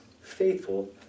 faithful